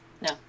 No